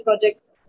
projects